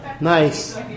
nice